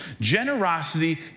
Generosity